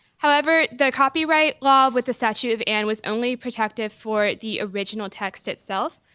however, the copyright law with the statute of anne was only protective for the original text itself.